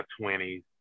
20s